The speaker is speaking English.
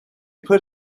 put